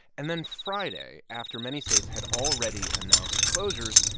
and then friday, after many states had already announced closures,